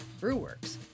BrewWorks